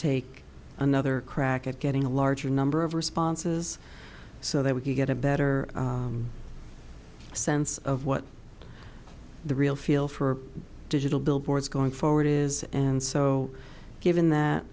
take another crack at getting a larger number of responses so that we can get a better sense of what the real feel for digital billboards going forward is and so given that